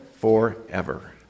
forever